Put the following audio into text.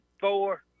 four